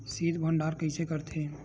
शीत भंडारण कइसे करथे?